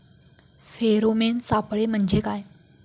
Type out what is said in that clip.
Pheromone सापळे म्हंजे काय?